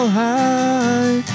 high